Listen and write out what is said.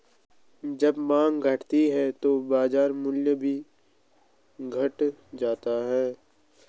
जब माँग घटती है तो बाजार मूल्य भी घट जाता है